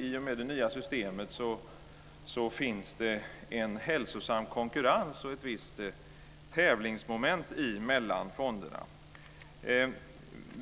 I och med det nya systemet finns det en hälsosam konkurrens och ett visst tävlingsmoment mellan fonderna.